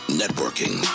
networking